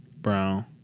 Brown